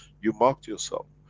you marked yourself.